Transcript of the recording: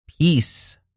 peace